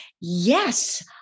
yes